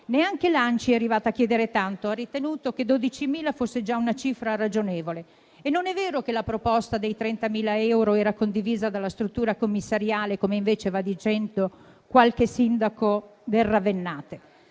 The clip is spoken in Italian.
Neanche l'ANCI è arrivata a chiedere tanto e ha ritenuto che 12.000 fosse già una cifra ragionevole. Non è vero che la proposta dei 30.000 euro era condivisa dalla struttura commissariale, come invece va dicendo qualche sindaco del ravennate.